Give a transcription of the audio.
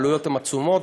העלויות הן עצומות.